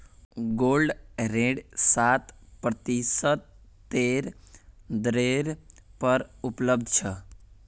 gold ऋण सात प्रतिशतेर दरेर पर उपलब्ध छ